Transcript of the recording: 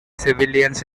civilians